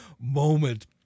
moment